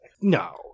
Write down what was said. No